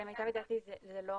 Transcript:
למיטב ידיעתי זה לא